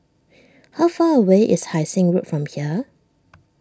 how far away is Hai Sing Road from here